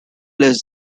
less